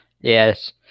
yes